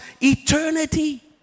eternity